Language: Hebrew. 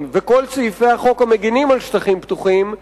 ועמה כל סעיפי החוק המגינים על שטחים פתוחים,